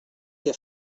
què